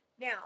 Now